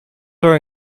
are